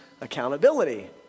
accountability